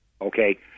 okay